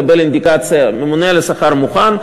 הממונה על השכר מוכן.